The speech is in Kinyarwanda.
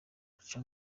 bagaca